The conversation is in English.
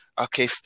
Okay